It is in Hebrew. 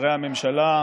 שרי הממשלה,